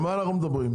על מה אנחנו מדברים?